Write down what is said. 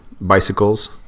Bicycles